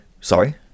Sorry